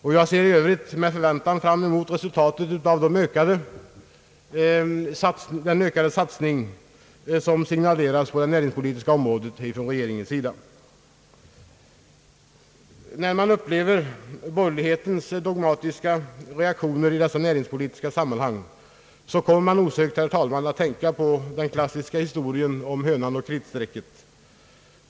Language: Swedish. I övrigt ser jag med förväntan fram mot resultatet av den ökade satsning, som signaleras på det näringspolitiska området från regeringens sida. När man upplever borgerlighetens dogmatiska reaktioner i dessa näringspolitiska sammanhang, kommer man osökt att tänka på den klassiska historien om hönan och kritstrecket.